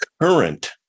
current